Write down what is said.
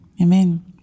amen